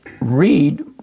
read